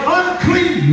unclean